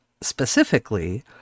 specifically